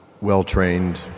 well-trained